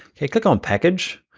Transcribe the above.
okay, click on package,